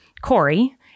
Corey